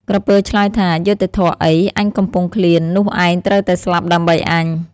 ក្រពើឆ្លើយថា យុត្តិធម៌អី អញកំពុងឃ្លាន នោះឯងត្រូវតែស្លាប់ដើម្បីអញ។